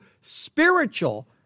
spiritual